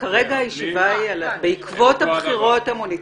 כרגע הישיבה היא על מה קורה בעקבות הבחירות המוניציפאליות.